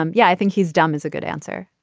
um yeah i think he's dumb is a good answer.